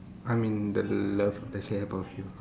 I'm in the love of the shape of you